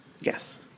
Yes